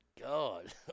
God